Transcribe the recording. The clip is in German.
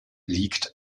liegt